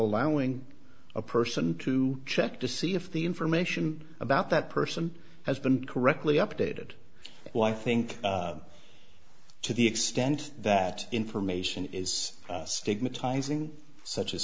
allowing a person to check to see if the information about that person has been correctly updated well i think to the extent that information is stigmatizing such as